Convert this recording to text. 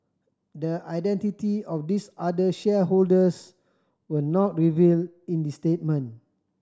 the identity of these other shareholders were not revealed in the statement